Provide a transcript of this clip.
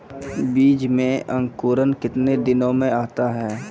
बीज मे अंकुरण कितने दिनों मे आता हैं?